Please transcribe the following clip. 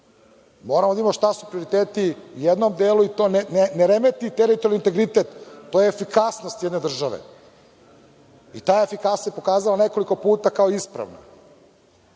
evra. Moramo da vidimo šta su prioriteti u jednom delu, i da to ne remeti teritorijalni integritet tj. efikasnost jedne države. Ta efikasnost se pokazala nekoliko puta kao ispravna.